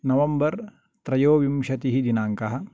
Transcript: नवम्बर् त्रयोविंशतिः दिनाङ्कः